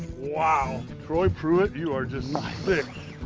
wow, troy pruitt, you are just sick.